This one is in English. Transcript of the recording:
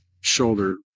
shoulder